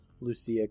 Lucia